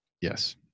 yes